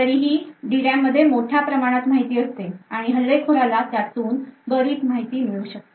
तरीही DRAM मध्ये मोठ्या प्रमाणात माहिती असते आणि हल्लेखोराला त्यातून बरीच माहिती मिळू शकते